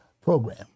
program